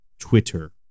Twitter